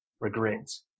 regrets